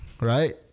Right